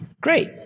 Great